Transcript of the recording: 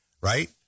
right